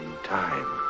time